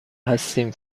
هستیم